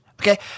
Okay